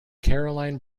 caroline